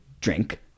drink